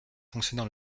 fonctionner